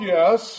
Yes